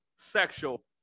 sexual